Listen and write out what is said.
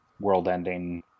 world-ending